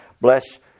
Bless